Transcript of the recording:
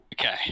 Okay